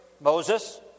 Moses